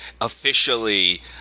officially